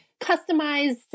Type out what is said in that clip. customized